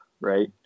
right